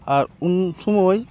ᱟᱨ ᱩᱱ ᱥᱚᱢᱚᱭ